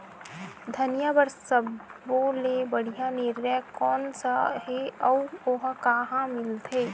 धनिया बर सब्बो ले बढ़िया निरैया कोन सा हे आऊ ओहा कहां मिलथे?